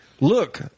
look